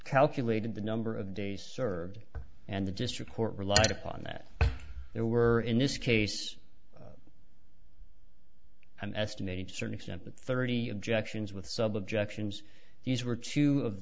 calculated the number of days served and the district court relied upon that there were in this case an estimated certain extent the thirty objections with sub objections these were t